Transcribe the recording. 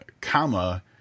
comma